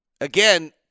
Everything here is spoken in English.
again